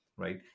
Right